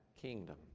kingdom